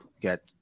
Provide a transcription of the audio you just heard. get